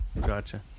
Gotcha